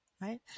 right